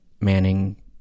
Manning